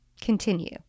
continue